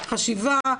חשיבה,